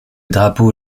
drapeau